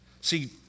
See